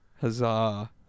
huzzah